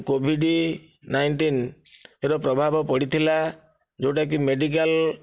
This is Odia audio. କୋଭିଡ଼୍ ନାଇଣ୍ଟିନ୍ ର ପ୍ରଭାବ ପଡ଼ିଥିଲା ଯେଉଁଟା କି ମେଡ଼ିକାଲ୍